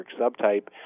subtype